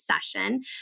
session